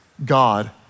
God